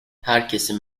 herkesin